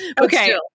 Okay